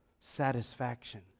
satisfaction